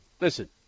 Listen